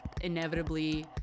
inevitably